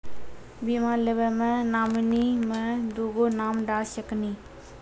बीमा लेवे मे नॉमिनी मे दुगो नाम डाल सकनी?